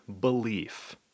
belief